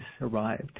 arrived